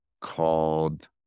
called